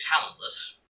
talentless